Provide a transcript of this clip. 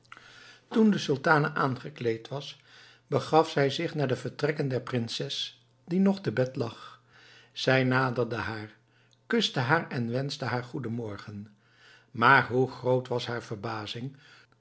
toen de sultane aangekleed was begaf zij zich naar de vertrekken der prinses die nog te bed lag zij naderde haar kuste haar en wenschte haar goeden morgen maar hoe groot was haar verbazing